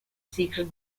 secret